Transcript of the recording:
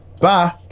Bye